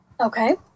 Okay